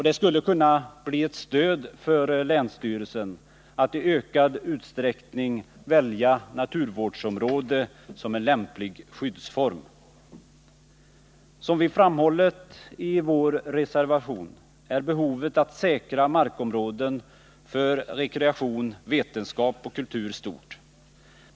Det skulle kunna bli ett stöd för länsstyrelsen att i ökad utsträckning välja naturvårdsområde som en lämplig skyddsform. Som vi framhållit i vår reservation är behovet att säkra markområden för rekreation, vetenskap och kultur stort.